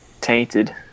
tainted